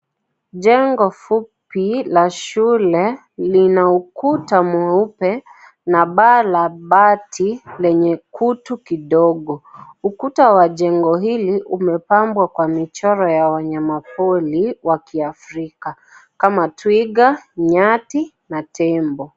Jengo fupi la shyule lina ukuta mweupe na paa la bati, lenye kutu kidogo. Ukuta wa jengo hili umepambwa kwa michoro ya wanyama pori, wa kiafrika kama twiga, nyati na tembo.